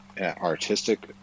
artistic